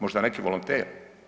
Možda neki volonter?